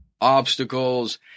obstacles